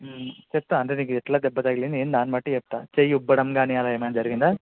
చెప్తాను అంటే నీకు ఎట్లా దెబ్బ తగిలింది నేను దాన్ని బట్టి చెప్తా చెయ్యి ఉబ్బడం కానీ అలా ఏమన్న జరిగిందా